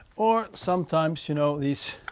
or sometimes, you know, these